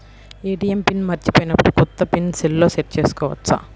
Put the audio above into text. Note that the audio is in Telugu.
ఏ.టీ.ఎం పిన్ మరచిపోయినప్పుడు, కొత్త పిన్ సెల్లో సెట్ చేసుకోవచ్చా?